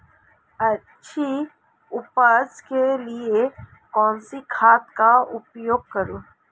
अच्छी उपज के लिए कौनसी खाद का उपयोग करूं?